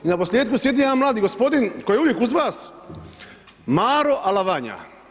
I na posljetku sjedi jedan mladi gospodin koji je uvijek uz vas Maro Alavanja.